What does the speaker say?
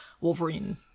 Wolverine